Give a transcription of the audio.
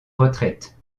retraite